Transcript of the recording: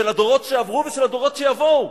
של הדורות שעברו ושל הדורות שיבואו.